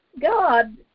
God